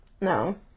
No